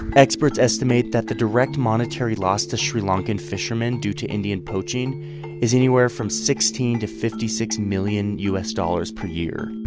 experts estimate that the direct monetary loss to sri lankan fishermen due to indian poaching is anywhere from sixteen to fifty six million us dollars per year.